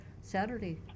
saturday